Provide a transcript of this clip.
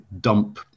dump